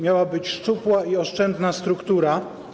Miała być szczupła i oszczędna struktura.